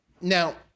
now